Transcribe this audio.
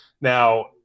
now